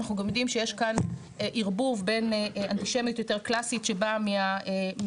אנחנו גם יודעים שיש כאן ערבוב בין אנטישמיות יותר קלאסית שבאה מהימין.